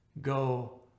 go